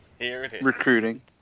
recruiting